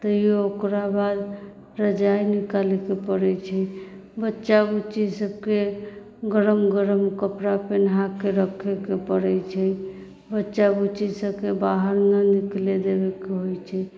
तैओ ओकरा बाद रजाइ निकालयके पड़ैत छै बच्चा बुच्ची सभके गरम गरम कपड़ा पहिराके रखैके पड़ैत छै बच्चा बुच्ची सभके बाहर न निकलय देबयके होइत छै